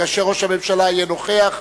כאשר ראש הממשלה יהיה נוכח,